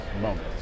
moments